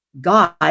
god